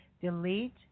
Delete